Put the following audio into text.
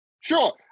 Sure